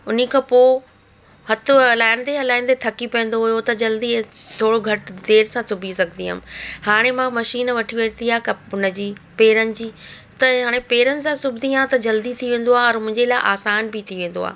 उन खां पोइ हथु हलाईंदे हलाईंदे थकी पवंदो हुओ त जल्दी थोरो घटि देरि सां सिबी सघंदी हुअमि हाणे मां मशीन वठी वरिती आहे हुन जी पेरनि जी त हाणे पेरनि सां सिबंदी आहियां त जल्दी थी वेंदो आहे औरि मुंहिंजे लाइ आसान बि थी वेंदो आहे